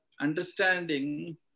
understanding